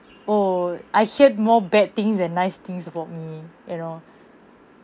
oh I heard more bad things than nice things about me you know